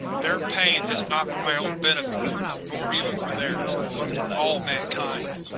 their pain is not for my own benefit nor even for theirs but for all mankind.